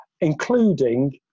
including